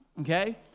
okay